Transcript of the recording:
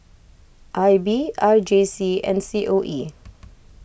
I B R J C and C O E